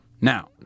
now